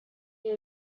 role